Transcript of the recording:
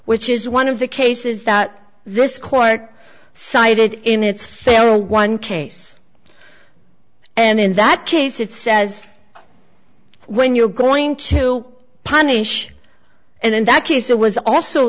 which is one of the cases that this court cited in its failure one case and in that case it says when you're going to punish and in that case it was also